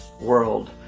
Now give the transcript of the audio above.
world